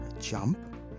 jump